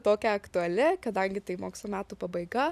tokia aktuali kadangi tai mokslo metų pabaiga